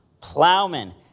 Plowmen